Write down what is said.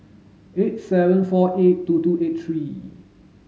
eight seven four eight two two eight three